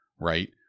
Right